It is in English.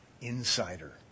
insider